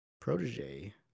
protege